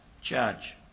judge